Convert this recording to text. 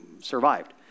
survived